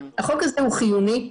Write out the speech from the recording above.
החוק הזה הוא חיוני.